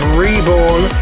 reborn